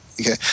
Okay